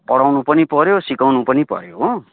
पढाउनु पनि पऱ्यो सिकाउनु पनि पऱ्यो हो